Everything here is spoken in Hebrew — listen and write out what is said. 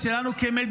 אני חושב שכולכם כאן,